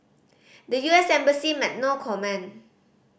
the U S embassy made no comment